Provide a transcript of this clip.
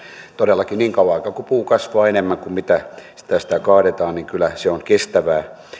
todellakin niin kauan aikaa kuin puu kasvaa enemmän kuin mitä sitä kaadetaan niin kyllä se on kestävää